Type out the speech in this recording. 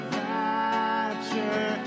rapture